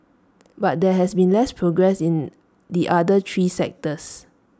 but there has been less progress in the other three sectors